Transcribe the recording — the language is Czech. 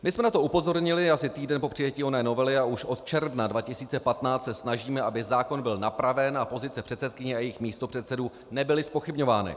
My jsme na to upozornili asi týden po přijetí oné novely a už od června 2015 se snažíme, aby zákon byl napraven a pozice předsedkyně a jejích místopředsedů nebyly zpochybňovány.